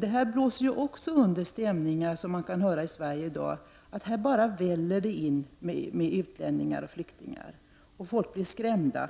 Detta blåser ju också under stämningar som man kan märka i Sverige i dag — att det bara väller in utlänningar och flyktingar. Människor blir skrämda.